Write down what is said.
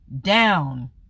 down